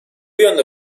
yönde